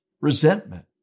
resentment